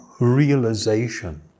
realization